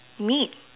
meat